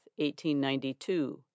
1892